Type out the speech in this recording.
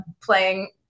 playing